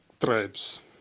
tribes